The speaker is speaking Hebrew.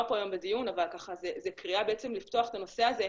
פה היום בדיון אבל זו קריאה לפתוח את הנושא הזה,